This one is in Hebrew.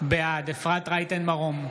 בעד אפרת רייטן מרום,